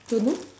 don't know